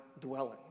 dwelling